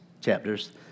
chapters